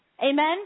Amen